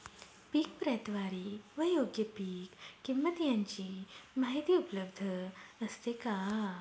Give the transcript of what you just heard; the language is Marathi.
पीक प्रतवारी व योग्य पीक किंमत यांची माहिती उपलब्ध असते का?